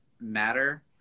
matter